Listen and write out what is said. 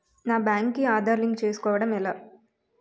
నా బ్యాంక్ కి ఆధార్ లింక్ చేసుకోవడం ఎలా?